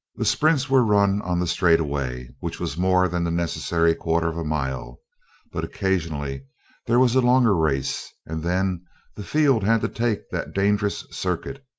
the sprints were run on the straightaway which was more than the necessary quarter of a mile but occasionally there was a longer race and then the field had to take that dangerous circuit,